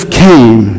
came